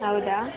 ಹೌದಾ